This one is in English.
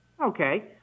Okay